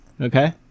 Okay